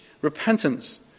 repentance